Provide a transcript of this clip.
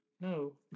No